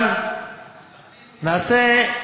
אבל נעשה,